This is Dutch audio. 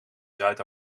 zuid